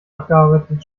abgearbeitet